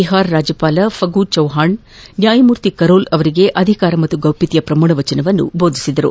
ಬಿಹಾರ ರಾಜ್ಯಪಾಲ ಫಗು ಚೌಹಾಣ್ ನ್ಯಾಯಮೂರ್ತಿ ಕರೋಲ್ ಅವರಿಗೆ ಅಧಿಕಾರದ ಪ್ರಮಾಣವಚನ ಬೋಧಿಸಿದರು